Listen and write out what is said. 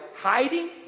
hiding